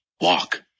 walk